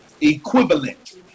equivalent